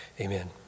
Amen